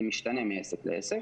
זה משתנה מעסק לעסק,